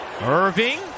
Irving